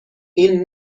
این